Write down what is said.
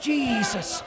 Jesus